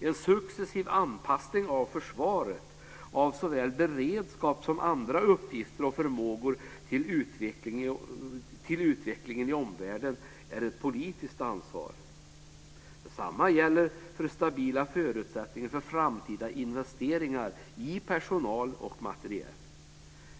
En successiv anpassning av försvaret, av såväl beredskap som andra uppgifter och förmågor, till utvecklingen i omvärlden är ett politiskt ansvar. Detsamma gäller för stabila förutsättningar för framtida investeringar i personal och materiel.